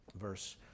Verse